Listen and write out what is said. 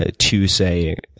ah to, say,